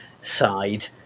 side